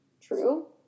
true